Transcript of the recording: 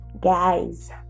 guys